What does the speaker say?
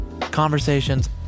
Conversations